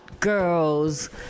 girls